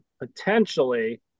potentially